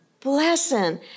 Blessing